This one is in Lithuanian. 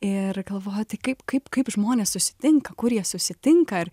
ir galvoju tai kaip kaip kaip žmonės susitinka kur jie susitinka ar